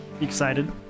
excited